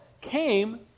came